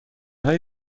های